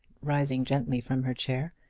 rising gently from her chair,